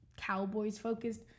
Cowboys-focused